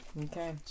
Okay